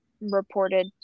reported